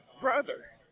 brother